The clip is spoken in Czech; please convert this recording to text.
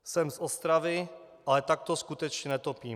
Jsem z Ostravy, ale takto skutečně netopím.